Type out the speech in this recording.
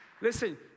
Listen